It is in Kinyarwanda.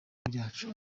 byacu